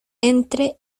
entre